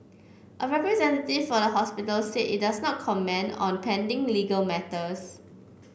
a representative for the hospital said it does not comment on pending legal matters